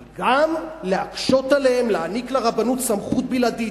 אבל גם להקשות עליהם, להעניק לרבנות סמכות בלעדית,